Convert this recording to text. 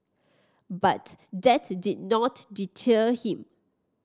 but that did not deter him